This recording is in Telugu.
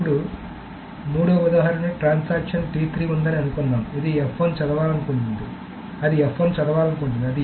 అప్పుడు మూడో ఉదాహరణ ట్రాన్సాక్షన్ ఉందని అనుకుందాం అది చదవాలను కుంటుంది కాబట్టి అది చదవాలనుకుంటున్నది